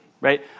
right